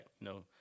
No